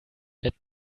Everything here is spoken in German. bett